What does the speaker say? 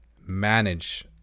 manage